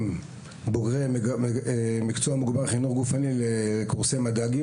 בוגרי מקצוע מוגבר חינוך גופני לקורסי מדא"גים.